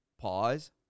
pause